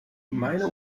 meine